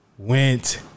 Went